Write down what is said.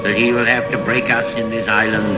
he will have to break us